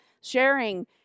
sharing